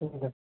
दोनदो